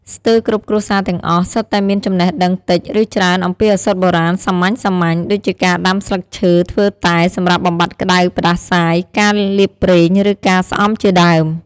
ស្ទើរគ្រប់គ្រួសារទាំងអស់ សុទ្ធតែមានចំណេះដឹងតិច ឬច្រើនអំពីឱសថបុរាណសាមញ្ញៗ ដូចជាការដាំស្លឹកឈើធ្វើតែសម្រាប់បំបាត់ក្ដៅផ្ដាសាយ ការលាបប្រេង ឬការស្អំជាដើម។